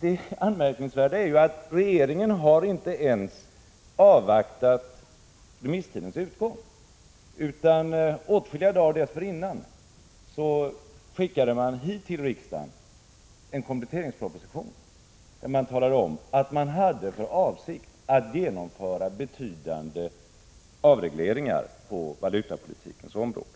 Det anmärkningsvärda är att regeringen inte ens avvaktade remisstidens utgång utan åtskilliga dagar dessförinnan skickade hit till riksdagen en 163 kompletteringsproposition, där man talade om att man hade för avsikt att genomföra betydande avregleringar på valutapolitikens område.